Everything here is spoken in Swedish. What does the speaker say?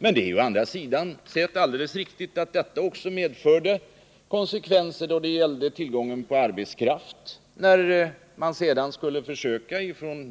Den snabba minskningen medförde också konsekvenser när det gäller tillgången på arbetskraft när sedan